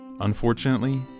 Unfortunately